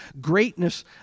greatness